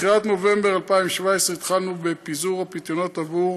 בתחילת נובמבר 2017 התחלנו בפיזור הפיתיונות עבור